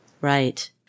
Right